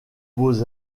beaux